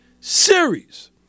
series